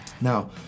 Now